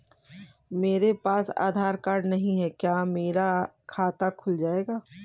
मेरे पास आधार कार्ड नहीं है क्या मेरा खाता खुल जाएगा?